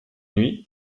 nuit